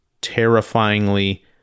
terrifyingly